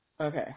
Okay